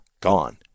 gone